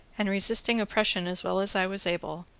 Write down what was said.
and resisting oppression as well as i was able,